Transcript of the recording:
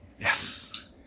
Yes